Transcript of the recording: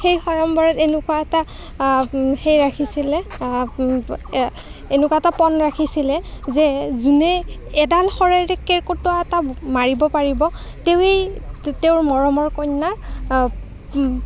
সেই সয়ম্বৰত এনেকুৱা এটা সেই ৰাখিছিলে এ এনেকুৱা এটা পণ ৰাখিছিলে যে যোনে এডাল শৰেৰে কেৰ্কেটুৱা এটা মাৰিব পাৰিব তেৱেঁই তেওঁৰ মৰমৰ কন্যাক